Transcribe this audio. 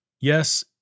Yes